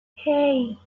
hey